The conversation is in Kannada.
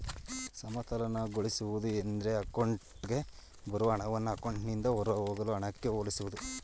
ಸಮತೋಲನಗೊಳಿಸುವುದು ಎಂದ್ರೆ ಅಕೌಂಟ್ಗೆ ಬರುವ ಹಣವನ್ನ ಅಕೌಂಟ್ನಿಂದ ಹೊರಹೋಗುವ ಹಣಕ್ಕೆ ಹೋಲಿಸುವುದು